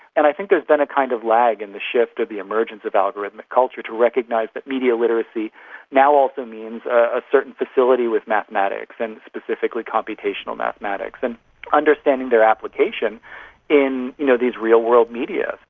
and i think there's been a kind of lag in the shift of the emergence of algorithmic culture to recognise that media literacy now also means a certain facility with mathematics, and specifically computational mathematics, and understanding their application in you know these real world media.